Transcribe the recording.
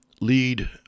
lead